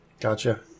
gotcha